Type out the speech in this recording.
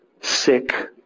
sick